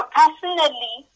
personally